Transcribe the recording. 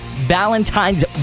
valentine's